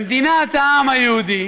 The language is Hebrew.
במדינת העם היהודי,